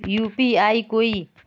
UPI कोई